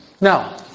Now